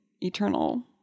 eternal